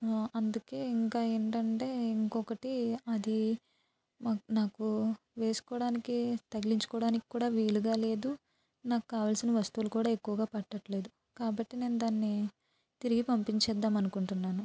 అందుకే ఇంకా ఏంటంటే ఇంకొకటి అది మా నాకూ వేసుకోవడానికే తగిలించుకోవడానికి కూడా వీలుగా లేదు నాకు కావలసిన వస్తువులు కూడా ఎక్కువగా పట్టటం లేదు కాబట్టి నేను దాన్నీ తిరిగి పంపించేద్దాం అనుకుంటున్నాను